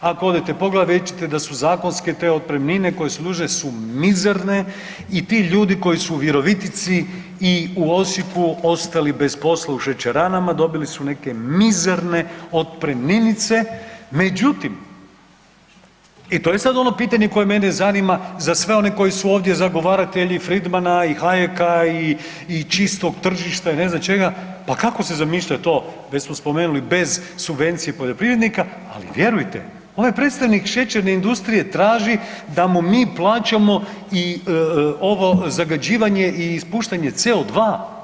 Ako odete pogledati vidjet ćete da su zakonske te otpremnine koje su …/nerazumljivo/… su mizerne i ti ljudi koji su u Virovitici i u Osijeku ostali bez posla u šećeranama dobili su neke mizerne otpremninice, međutim e to je sad ono pitanje koje mene zanima za sve one koji su ovdje zagovaratelji Friedmana i Hayeka i čistog tržišta i ne znam čeka pa kako se zamišlja to, već smo spomenuli bez subvencije poljoprivrednika, ali vjerujte ovaj predstavnik šećerne industrije traži da mu mi plaćamo i ovo zagađivanje i ispuštanje CO2.